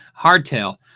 hardtail